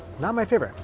not my favorite.